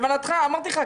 אמרתי לך,